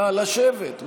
נא לשבת.